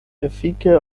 efike